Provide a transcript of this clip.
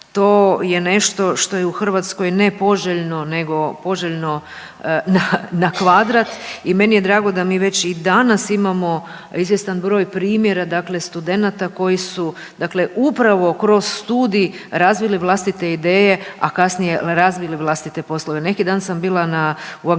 to je nešto što je u Hrvatskoj ne poželjno, nego poželjno na kvadrat i meni je drago da mi već i danas imamo izvjestan broj primjera dakle studenata koji su upravo kroz studij razvili vlastite ideje, a kasnije razvili vlastite poslove. Neki dan sam bila u Agenciji